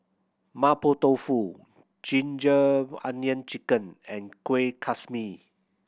Mapo Tofu ginger onion chicken and kuih kasmi